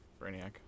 Brainiac